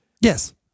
Yes